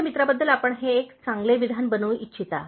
माझ्या मित्राबद्दल आपण हे एक चांगले विधान बनवू इच्छिता